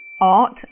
art